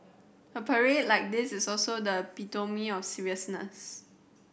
a parade like this is also the epitome of seriousness